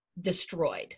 destroyed